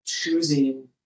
choosing